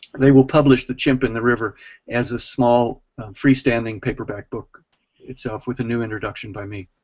they will publish the chimp and the river as a small free standing paperback book itself with a new introduction by me.